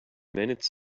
minutes